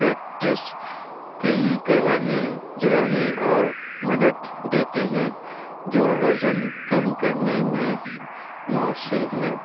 practice کے لیے کروانے جلانے اور مدد دیتی ہے جو وزن کم کرنے میں مؤثر ہے